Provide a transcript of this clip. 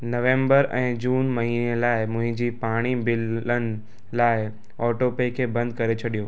नवेंबर ऐं जून महीने लाइ मुंहिंजी पाणी बिलनि लाइ ऑटोपे खे बंदि करे छॾियो